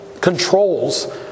controls